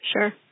Sure